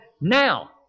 now